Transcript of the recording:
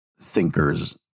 thinkers